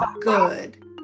good